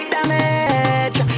Damage